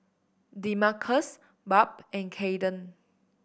Demarcus Barb and Kaiden